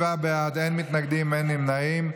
27 בעד, אין מתנגדים, אין נמנעים.